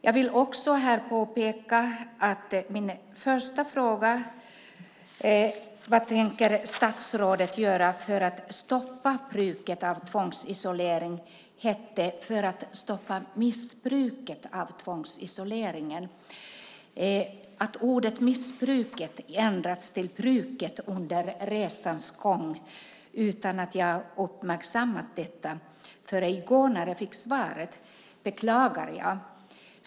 Jag vill också påpeka att min första fråga, vad statsrådet tänker göra för att stoppa bruket av tvångsisolering, handlade om "missbruket" av tvångsisolering. Att ordet "missbruket" under resans gång ändrats till "bruket" utan att jag uppmärksammat detta förrän i går när jag fick svaret beklagar jag.